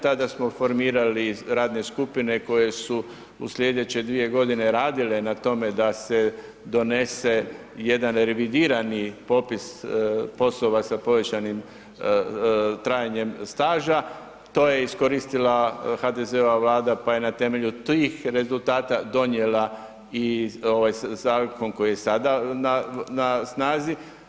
Tada smo formirali radne skupine koje su u slijedeće dvije godine radile na tome da se donese jedan revidirani popis poslova sa povećanim trajanjem staža, to je iskoristila HDZ-ova Vlada pa je na temelju tih rezultata donijela i ovaj zakon koji je sada na snazi.